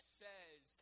says